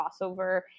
crossover